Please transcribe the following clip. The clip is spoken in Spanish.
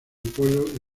pueblo